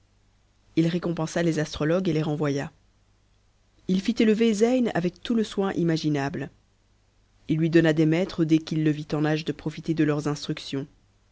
h récompensa les astrologues et les renvoya m fit élever zcyn avec tout le soin imaginable ii lui donna des maîtres dès qu'il le vit en âge je profiter de leurs instructions